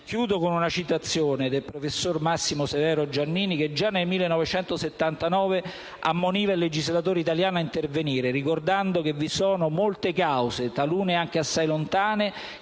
Concludo con una citazione del professore Massimo Saverio Giannini, che già nel 1979 ammoniva il legislatore italiano ad intervenire ricordando che vi sono molte cause, talune anche assai lontane,